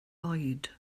oed